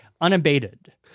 unabated